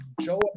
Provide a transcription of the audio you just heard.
Joe